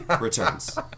returns